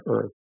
Earth